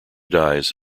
dies